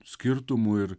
skirtumų ir